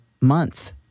month